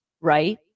right